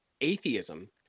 Atheism